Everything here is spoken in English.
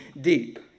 deep